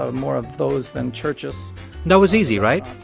ah more of those than churches that was easy, right?